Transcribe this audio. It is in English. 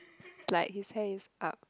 like his hair is up